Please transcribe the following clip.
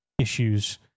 issues